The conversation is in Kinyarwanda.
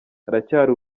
haracyari